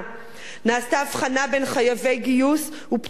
נעשתה הבחנה בין חייבי גיוס ופטורים לבין